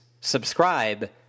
subscribe